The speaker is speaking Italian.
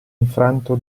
infranto